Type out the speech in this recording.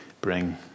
bring